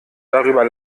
darüber